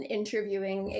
interviewing